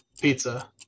pizza